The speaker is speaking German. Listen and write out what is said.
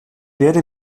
werde